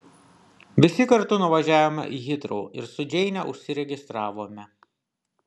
visi kartu nuvažiavome į hitrou ir su džeine užsiregistravome